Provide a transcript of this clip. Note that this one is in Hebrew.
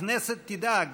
הכנסת תדאג